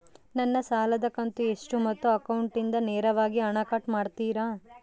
ನನ್ನ ಸಾಲದ ಕಂತು ಎಷ್ಟು ಮತ್ತು ಅಕೌಂಟಿಂದ ನೇರವಾಗಿ ಹಣ ಕಟ್ ಮಾಡ್ತಿರಾ?